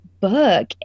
book